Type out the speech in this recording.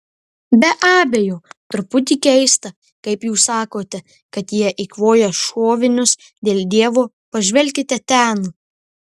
be abejo truputį keista kaip jūs sakote kad jie eikvoja šovinius dėl dievo pažvelkite ten